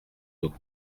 dos